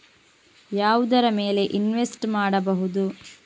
ಯಾವುದರ ಮೇಲೆ ಇನ್ವೆಸ್ಟ್ ಮಾಡಬಹುದು?